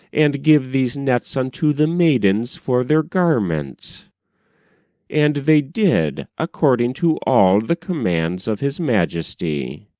and give these nets unto the maidens for their garments and they did according to all the commands of his majesty.